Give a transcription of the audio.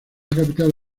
capital